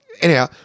Anyhow